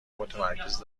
متمرکز